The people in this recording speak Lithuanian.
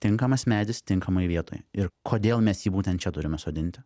tinkamas medis tinkamoj vietoj ir kodėl mes jį būtent čia turime sodinti